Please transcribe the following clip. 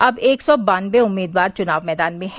अब एक सौ बान्नवे उम्मीदवार चुनाव मैदान में हैं